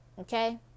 Okay